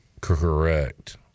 correct